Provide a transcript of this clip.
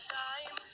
time